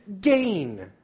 gain